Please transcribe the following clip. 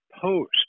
post